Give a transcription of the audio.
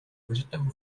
وجدته